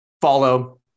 follow